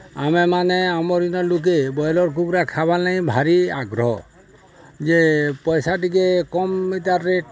ଆମେ ମାନେ ଆମର୍ ଇନ ଲୁକେ ବ୍ରଏଲର୍ କୁକୁଡ଼ା ଖାଏବାର୍ ଲାଗି ଭାରି ଆଗ୍ରହ ଯେ ପଏସା ଟିକେ କମ୍ ଇଟାର ରେଟ୍